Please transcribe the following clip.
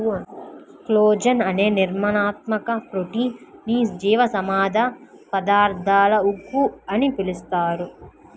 collagen అనే నిర్మాణాత్మక protein ని జీవసంబంధ పదార్థాల ఉక్కు అని పిలుస్తారు